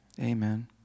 Amen